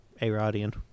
A-Rodian